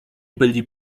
byli